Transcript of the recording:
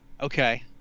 Okay